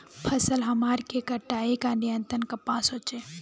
फसल हमार के कटाई का नियंत्रण कपास होचे?